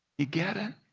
you get it?